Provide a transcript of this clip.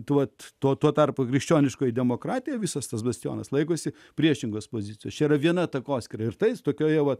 tad tuo tarpu krikščioniškoji demokratija visas tas bastionas laikosi priešingos pozicijos yra viena takoskyra ir tais tokioje pat